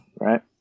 right